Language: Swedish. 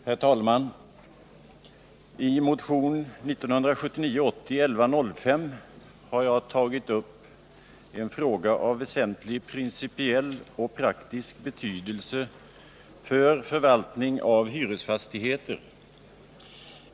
Herr talman! I motion 1979/80:1105 har jag tagit upp en fråga av väsentlig principiell och praktisk betydelse för förvaltning av hyresfastigheter.